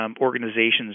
organizations